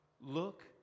Look